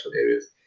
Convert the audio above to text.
areas